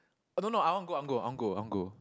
I don't know I want go I want go I want go I want go